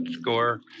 score